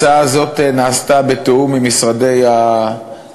הצעה זו הוכנה בתיאום עם משרד המשפטים,